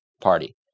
Party